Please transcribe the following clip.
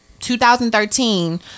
2013